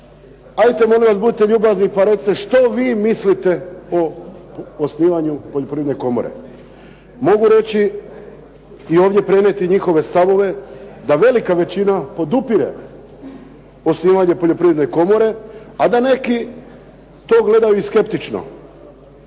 ajte molim vas budite ljubazni pa recite što vi mislite o osnivanju poljoprivredne komore. Mogu reći i ovdje prenijeti njihove da velika većina podupire osnivanje poljoprivredne komore a da neki to gledaju i skeptično.